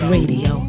Radio